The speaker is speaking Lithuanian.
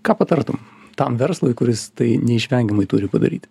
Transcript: ką patartum tam verslui kuris tai neišvengiamai turi padaryti